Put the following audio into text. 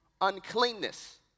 Uncleanness